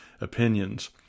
opinions